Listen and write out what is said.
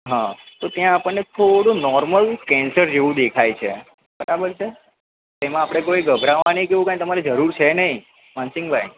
હા તો ત્યાં આપણને થોડું નોર્મલ કેન્સર જેવું દેખાય છે બરાબર છે એમાં આપણે કોઈ ગભરાવાની કે એવું કંઈ તમારે જરૂર છે નહીં માનસિંગભાઈ